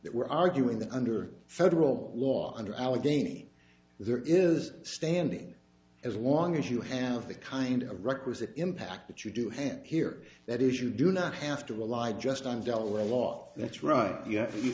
that we're arguing that under federal law under allegheny there is standing as long as you have the kind of requisite impact that you do hand here that is you do not have to rely just on delaware law that's right you